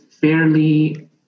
fairly